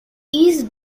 east